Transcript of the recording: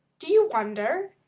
do you wonder?